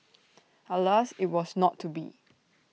alas IT was not to be